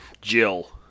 Jill